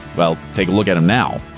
well, take a look at him now.